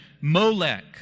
Molech